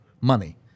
money